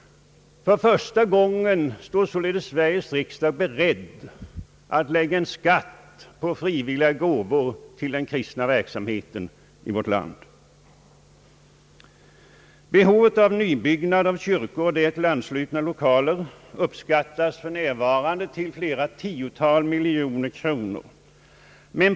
För första gången står således den socialdemokratiska delen av Sveriges riksdag beredd att lägga en skatt på frivilliga gåvor till den kristna verksamheten i vårt land. Behovet av nybyggnad av kyrkor och därtill anslutna lokaler uppskattas f.n. till flera 10-tals miljoner kronor.